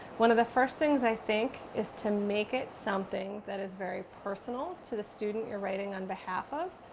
one of the first things, i think, is to make it something that is very personal to the student you are writing on behalf of.